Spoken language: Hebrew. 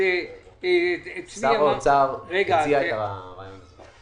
שר האוצר הציע את הרעיון הזה.